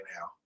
now